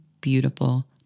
beautiful